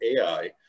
AI